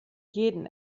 jeden